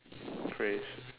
crey's